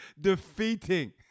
defeating